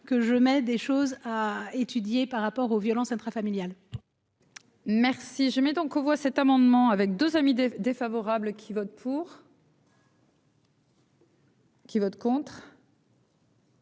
que je mets des choses à étudier par rapport aux violences intrafamiliales. Merci, je mets donc aux voix cet amendement avec 2 amis défavorable qui vote pour. Qui vote contre.